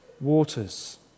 waters